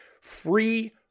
free